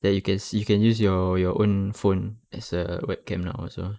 that you can see you can use your your own phone as a web camera also